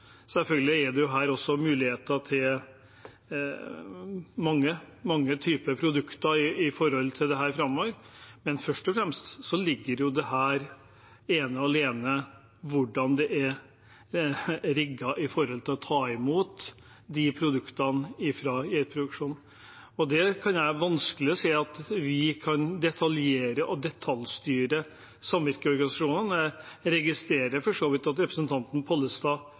Selvfølgelig er det også her muligheter for mange typer produkter framover, men først og fremst hviler dette ene og alene på hvordan det er rigget med hensyn til å ta imot produktene fra geiteproduksjonen. Der kan jeg vanskelig se at vi kan detaljere og detaljstyre samvirkeorganisasjonene. Jeg registrerer for så vidt at representanten Pollestad